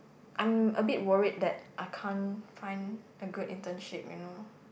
I'm a bit worried that I can't find a good internship you know